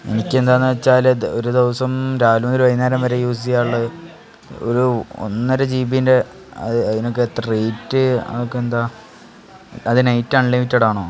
എനിക്ക് എന്താണ്ന്ന് വച്ചാൽ ഒരു ദിവസം രാവില മുതൽ വൈകുന്നേരം വരെ യൂസ് ചെയ്യാനുള്ള ഒരു ഒന്നര ജിബിൻ്റെ അത് അതിനൊക്കെ എത്ര റേറ്റ് അതൊക്കെ എന്താണ് അത് നൈറ്റ് അൺലിമിറ്റഡ് ആണോ